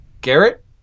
garrett